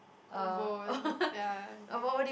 combo ya okay